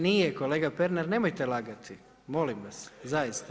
Nije kolega Pernar, nemojte lagati molim vas zaista.